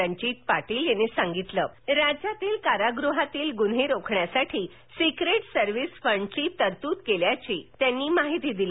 रणजित पाटील यांनी सांगितले राज्यातील कारागृहातील गुन्हे रोखण्यासाठी सिक्रेट सर्व्हिस फंड ची तरतूद केल्याची त्यांनी माहिती दिली